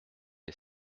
les